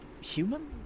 human